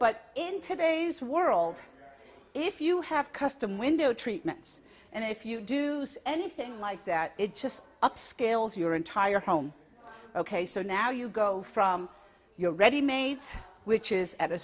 but in today's world if you have custom window treatments and if you do anything like that it just up scales your entire home ok so now you go from your readymades which is at a